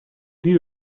deal